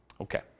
Okay